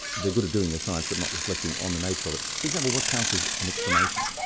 they're good at doing the science, but not reflecting on the nature of it. for example, what counts as an explanation?